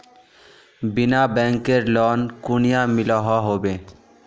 बिना बैंकेर लोन कुनियाँ मिलोहो होबे?